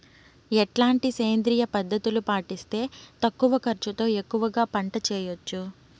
ఎట్లాంటి సేంద్రియ పద్ధతులు పాటిస్తే తక్కువ ఖర్చు తో ఎక్కువగా పంట చేయొచ్చు?